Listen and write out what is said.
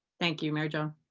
thank you, mary jo.